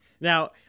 Now